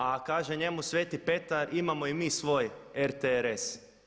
A kaže njemu Sveti Petar imamo i mi svoj RTRS.